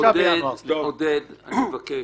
עודד, אני מבקש.